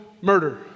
murder